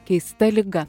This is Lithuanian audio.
keista liga